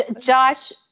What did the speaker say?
Josh